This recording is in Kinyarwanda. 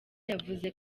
yavuze